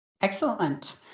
Excellent